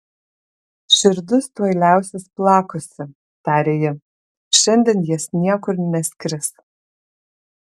širdis tuoj liausis plakusi tarė ji šiandien jis niekur neskris